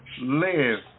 live